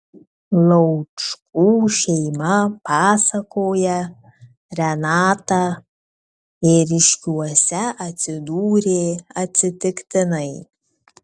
laučkų šeima pasakoja renata ėriškiuose atsidūrė atsitiktinai